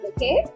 Okay